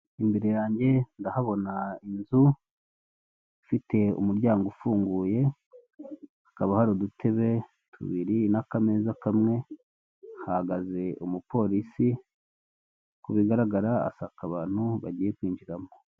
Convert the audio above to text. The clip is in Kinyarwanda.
Imbere yange ndahabona inzu ifite umuryango ufunguye, hakaba hari udutebe tubiri n'akameza kamwe, hahagaze umupolisi, uko bigaragara asaka abantu bagiye kwinjiramo.